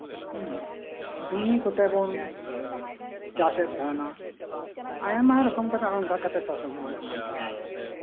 ᱫᱩᱲᱤ ᱠᱚᱛᱮ ᱵᱚᱱ ᱪᱟᱥᱮᱫ ᱛᱟᱸᱦᱮᱱᱟ ᱟᱭᱢᱟ ᱨᱚᱠᱚᱢ ᱠᱟᱛᱮᱫ ᱪᱟᱥ ᱟᱵᱟᱫ ᱦᱩᱭᱩᱜ ᱠᱟᱱ ᱛᱟᱸᱦᱮᱫ ᱱᱚᱝᱠᱟ